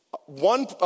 One